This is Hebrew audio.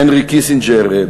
הנרי קיסינג'ר,